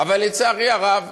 אבל לצערי הרב,